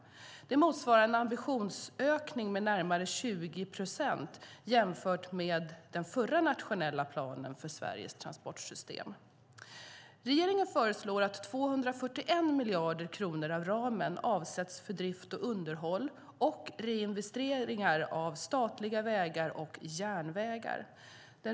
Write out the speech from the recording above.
Det motsvarar en ambitionsökning med närmare 20 procent jämfört med den förra nationella planen för Sveriges transportsystem. Regeringen föreslår att 241 miljarder kronor av ramen avsätts för drift och underhåll och reinvesteringar av statliga vägar och järnvägar.